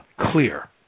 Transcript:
clear